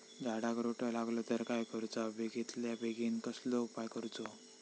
झाडाक रोटो लागलो तर काय करुचा बेगितल्या बेगीन कसलो उपाय करूचो?